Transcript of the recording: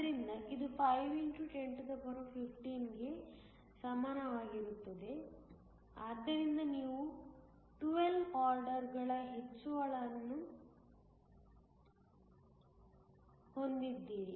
ಆದ್ದರಿಂದ ಇದು 5 x 1015 ಗೆ ಸಮಾನವಾಗಿರುತ್ತದೆ ಆದ್ದರಿಂದ ನೀವು 12 ಆರ್ಡರ್ಗಳ ಹೆಚ್ಚಳವನ್ನು ಹೊಂದಿದ್ದೀರಿ